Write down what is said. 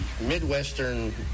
Midwestern